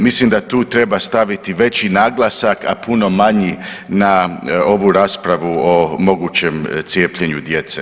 Mislim da tu treba staviti veći naglasak, a puno manji na ovu raspravu o mogućem cijepljenju djece.